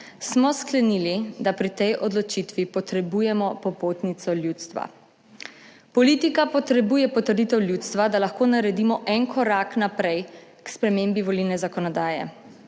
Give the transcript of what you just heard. smo sklenili, da pri tej odločitvi potrebujemo popotnico ljudstva; politika potrebuje potrditev ljudstva, da lahko naredimo en korak naprej **57. TRAK: (NB)